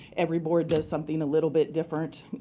every board does something a little bit different.